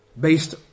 based